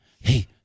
hey